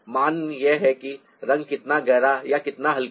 मान यह है कि रंग कितना गहरा या कितना हल्का है